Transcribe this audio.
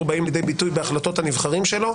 באים לידי ביטוי בהחלטות הנבחרים שלו,